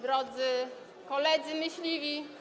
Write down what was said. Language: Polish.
Drodzy Koledzy Myśliwi!